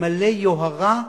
מלא יוהרה,